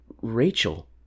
Rachel